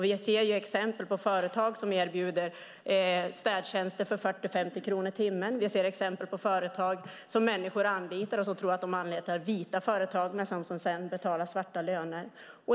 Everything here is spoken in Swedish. Vi ser exempel på företag som erbjuder städtjänster för 40-50 kronor i timmen. Vi ser exempel på företag som människor anlitar i tron att de är vita men som sedan betalar svarta löner.